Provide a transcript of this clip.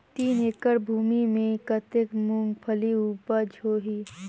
तीन एकड़ भूमि मे कतेक मुंगफली उपज होही?